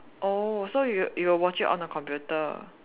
oh so you you will watch it on the computer